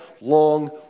long